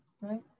right